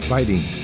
Fighting